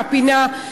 מהפינה,